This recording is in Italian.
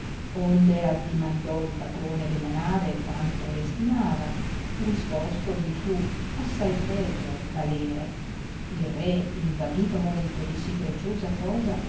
onde addimandò il patrone della nave quanto l'estimava risposo gli fu assai pregio valere il re invaghito molto di sì preciosa cosa